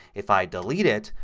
if i delete it,